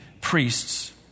priests